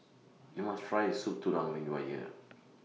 YOU must Try Soup Tulang when YOU Are here